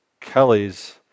Kelly's